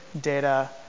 data